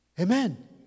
Amen